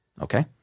Okay